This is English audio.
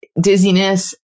dizziness